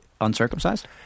uncircumcised